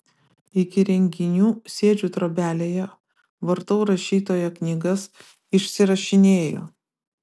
iki renginių sėdžiu trobelėje vartau rašytojo knygas išsirašinėju